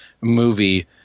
movie